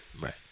right